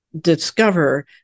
Discover